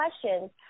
questions